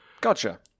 Gotcha